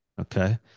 Okay